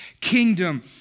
kingdom